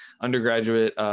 undergraduate